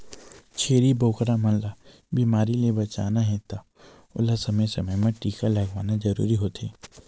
छेरी बोकरा मन ल बेमारी ले बचाना हे त ओला समे समे म टीका लगवाना जरूरी होथे